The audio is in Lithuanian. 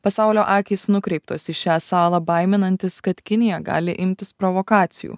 pasaulio akys nukreiptos į šią salą baiminantis kad kinija gali imtis provokacijų